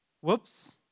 Whoops